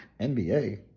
NBA